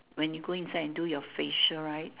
when you go inside and do your facial right